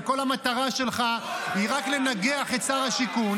וכל המטרה שלך היא רק לנגח את שר השיכון.